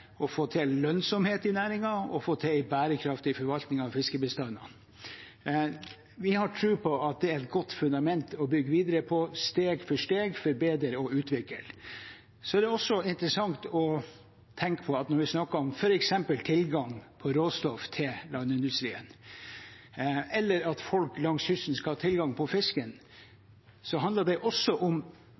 å få til lønnsomhet i næringen og få til en bærekraftig forvaltning av fiskebestandene. Vi har tro på at det er et godt fundament å bygge videre på – steg for steg å forbedre og utvikle. Så er det interessant å tenke på at når vi snakker om f.eks. tilgang på råstoff til landindustrien eller at folk langs kysten skal ha tilgang på fisken, så handler det om